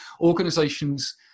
organizations